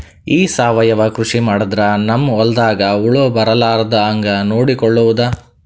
ಈ ಸಾವಯವ ಕೃಷಿ ಮಾಡದ್ರ ನಮ್ ಹೊಲ್ದಾಗ ಹುಳ ಬರಲಾರದ ಹಂಗ್ ನೋಡಿಕೊಳ್ಳುವುದ?